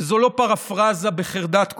וזו לא פרפרזה, בחרדת קודש.